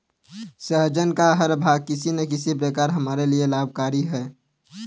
सहजन का हर भाग किसी न किसी प्रकार हमारे लिए लाभकारी होता है